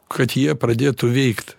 kad jie pradėtų veikt